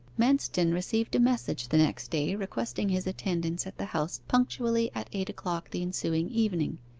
manston received a message the next day requesting his attendance at the house punctually at eight o'clock the ensuing evening.